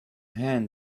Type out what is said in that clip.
hand